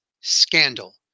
scandal